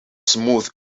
smooth